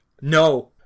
no